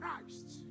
Christ